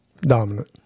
Dominant